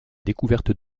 découverte